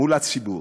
מול הציבור.